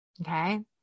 okay